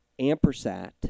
ampersat